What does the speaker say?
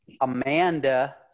Amanda